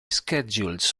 schedules